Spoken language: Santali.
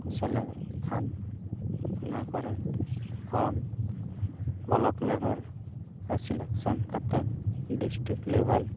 ᱥᱮᱞᱮᱫᱚᱜ ᱠᱷᱟᱱ ᱚᱱᱟ ᱠᱚᱨᱮ ᱠᱷᱚᱱ ᱵᱞᱚᱠ ᱞᱮᱹᱵᱮᱹᱞ ᱠᱷᱚᱱ ᱥᱤᱞᱮᱠᱥᱮᱱ ᱠᱟᱛᱮᱫ ᱰᱤᱥᱴᱤᱠ ᱞᱮᱹᱵᱮᱹᱞ